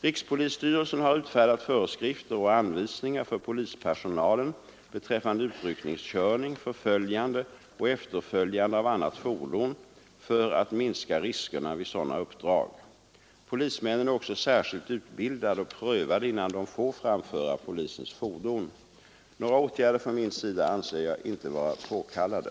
Rikspolisstyrelsen har utfärdat föreskrifter och anvisningar för polispersonalen beträffande utryckningskörning, förföljande och efterföljande av annat fordon för att minska riskerna vid sådana uppdrag. Polismännen är också särskilt utbildade och prövade innan de får framföra polisens fordon. Några åtgärder från min sida anser jag inte vara påkallade.